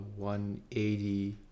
180